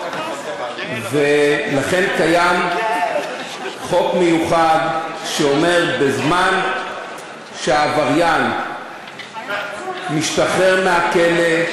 ולכן קיים חוק מיוחד שאומר שבזמן שעבריין משתחרר מהכלא,